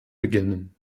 beginnen